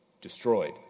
destroyed